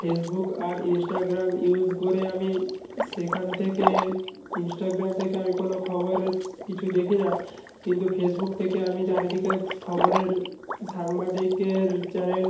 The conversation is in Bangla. ফেসবুক আর ইন্সটাগ্রাম ইউস করে আমি সেখান থেকে ইন্সটাগ্রাম থেকে আমি কোনো খবর কিছু দেখি না কিন্তু ফেসবুক থেকে আমি চারিদিকের স খবরের সাংবাদিকের চ্যানেল